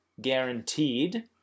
guaranteed